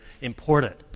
important